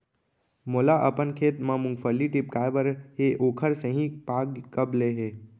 मोला अपन खेत म मूंगफली टिपकाय बर हे ओखर सही पाग कब ले हे?